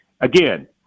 again